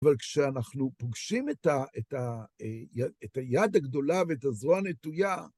אבל כשאנחנו פוגשים את היד הגדולה ואת הזרוע הנטויה,